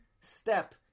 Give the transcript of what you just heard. step